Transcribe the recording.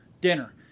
dinner